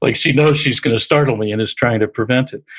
like she knows she's gonna startle me and is trying to prevent it.